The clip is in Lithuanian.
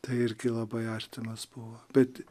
tai irgi labai artimas buvo bet